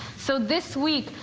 so this week,